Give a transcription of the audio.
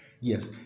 Yes